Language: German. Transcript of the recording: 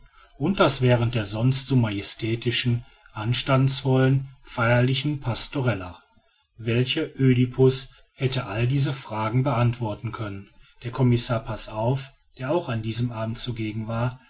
und das während der sonst so majestätischen anstandsvollen feierlichen pastorella welcher oedipus hätte all diese fragen beantworten können der kommissar passauf der auch an diesem abend zugegen war